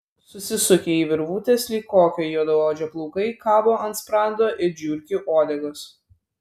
susisukę į virvutes lyg kokio juodaodžio plaukai kabo ant sprando it žiurkių uodegos